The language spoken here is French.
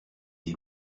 des